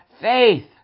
faith